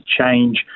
change